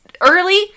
early